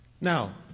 Now